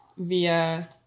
via